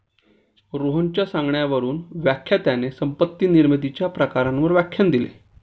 रोहनच्या सांगण्यावरून व्याख्यात्याने संपत्ती निर्मितीच्या प्रकारांवर व्याख्यान दिले